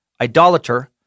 idolater